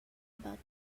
about